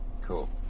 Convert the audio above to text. Cool